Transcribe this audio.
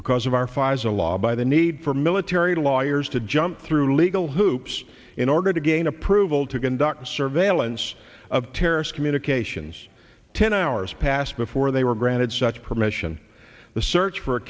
because of our pfizer law by the need for military lawyers to jump through legal hoops in order to gain approval to conduct surveillance of terrorist communications ten hours passed before they were granted such permission to search for a